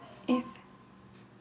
if